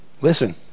Listen